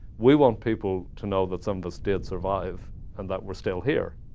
we want people to know that some of us did survive and that we're still here.